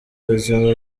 bazima